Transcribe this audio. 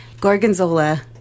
Gorgonzola